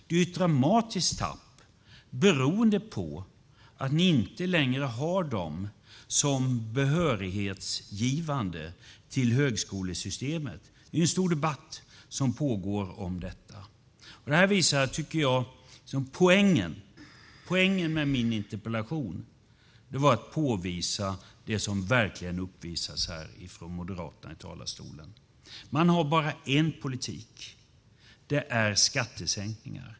Det är ett dramatiskt tapp beroende på att ni inte längre har dessa program som behörighetsgivande till högskolesystemet - en stor debatt pågår ju om detta. Poängen med min interpellation är att påvisa det som verkligen uppvisas här i talarstolen från Moderaterna. Man har bara en politik: skattesänkningar.